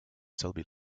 selby